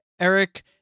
Eric